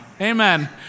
Amen